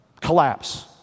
collapse